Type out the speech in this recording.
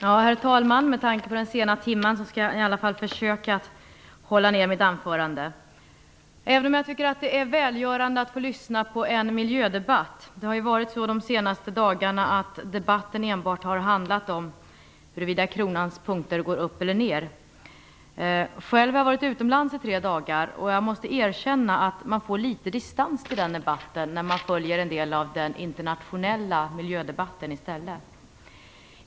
Herr talman! Med tanke på den sena timmen skall jag i alla fall försöka att korta ned mitt anförande. Jag tycker att det är välgörande att få lyssna på en miljödebatt. De senaste dagarna har debatten enbart handlat om huruvida kronans punkter går upp eller ner. Själv har jag varit utomlands i tre dagar. Jag måste erkänna att man får litet distans till den debatten när man i stället följer en del av den internationella miljödebatten.